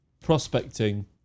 prospecting